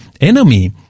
enemy